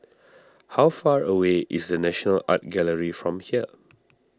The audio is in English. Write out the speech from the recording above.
how far away is the National Art Gallery from here